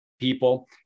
people